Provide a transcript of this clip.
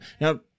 Now